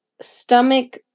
stomach